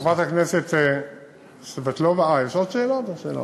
חברת הכנסת סבטלובה, אה, יש עוד שאלות או שלא?